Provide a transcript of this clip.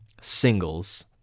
singles